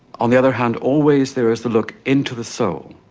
on the other hand, always, there is the look into the soul,